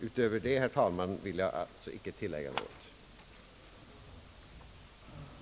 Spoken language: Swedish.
Utöver det, herr talman, vill jag icke tillägga något.